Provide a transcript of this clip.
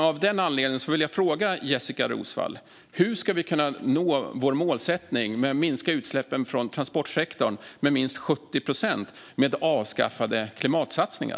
Av den anledningen vill jag fråga Jessika Roswall: Hur ska vi kunna nå vår målsättning att minska utsläppen från transportsektorn med minst 70 procent med avskaffade klimatsatsningar?